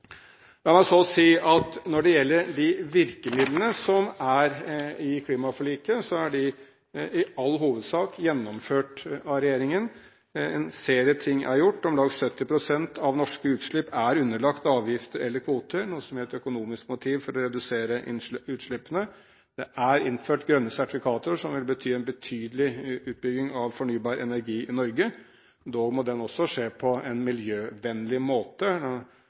La meg så si at når det gjelder de virkemidlene som er i klimaforliket, så er de i all hovedsak gjennomført av regjeringen. En serie ting er gjort. Om lag 70 pst. av norske utslipp er underlagt avgifter eller kvoter, noe som gir et økonomisk motiv for å redusere utslippene. Det er innført grønne sertifikater, som vil bety en betydelig utbygging av fornybar energi i Norge. Dog må den også skje på en miljøvennlig måte.